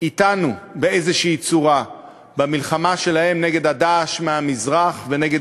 אתנו באיזו צורה במלחמה שלהם נגד "דאעש" מהמזרח ונגד